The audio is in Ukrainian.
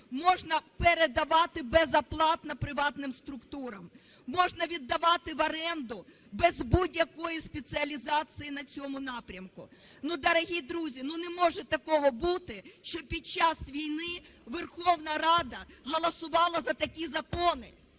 можна передавати безоплатно приватним структурам. Можна віддавати в оренду без будь-якої спеціалізації на цьому напрямку. Ну, дорогі друзі, ну, не може такого бути, що під час війни Верховна Рада голосувала за такі закони,